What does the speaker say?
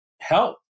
help